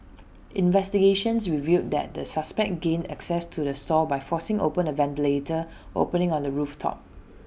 investigations revealed that the suspects gained access to the stall by forcing open A ventilator opening on the roof top